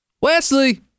Wesley